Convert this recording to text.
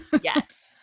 Yes